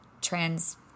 trans